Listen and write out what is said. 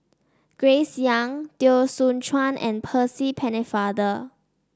Grace Young Teo Soon Chuan and Percy Pennefather